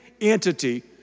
entity